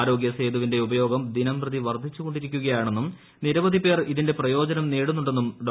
ആരോഗ്യസേതുവിന്റെ ഉപയോഗം ദിനംപ്രതി വർദ്ധിച്ചുകൊണ്ടിരിക്കുകയാണെന്നും നിരവധിപേർ ഇതിന്റെ പ്രയോജനം നേടുന്നുണ്ടെന്നും ഡോ